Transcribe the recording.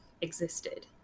existed